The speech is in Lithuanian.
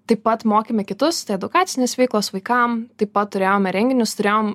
taip pat mokėme kitus tai edukacinės veiklos vaikam taip pat turėjome renginius turėjom